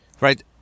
right